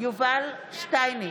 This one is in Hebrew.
יובל שטייניץ,